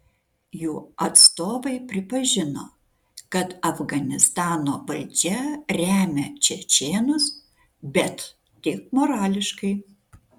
jų atstovai pripažino kad afganistano valdžia remia čečėnus bet tik morališkai